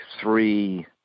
three